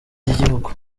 ry’igihugu